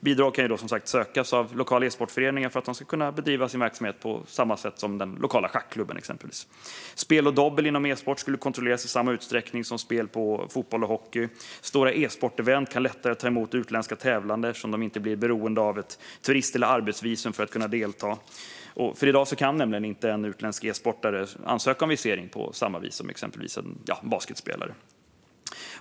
Bidrag kan då sökas av lokala e-sportföreningar för att de ska kunna bedriva sin verksamhet på samma villkor som till exempel den lokala schackklubben. Spel och dobbel inom e-sport skulle då kontrolleras i samma utsträckning som spel på fotboll och hockey. Stora svenska e-sportevent kan lättare ta emot utländska tävlande, eftersom de inte blir beroende av turist eller arbetsvisum för att kunna delta. I dag kan nämligen inte en utländsk e-sportare ansöka om visering på samma vis som exempelvis en basketspelare.